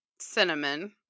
cinnamon